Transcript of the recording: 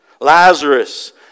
Lazarus